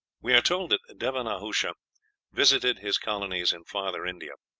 we are told that deva-nahusha visited his colonies in farther india.